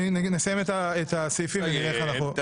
נסיים את הסעיפים ונראה איך אנחנו --- תסיים,